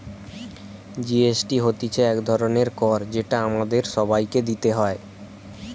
GST হতিছে এক ধরণের কর যেটা আমাদের সবাইকে দিতে হয়